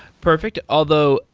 perfect. although,